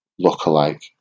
lookalike